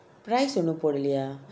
price உள்ள போடல்லையா:ulla podalaiya